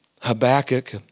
Habakkuk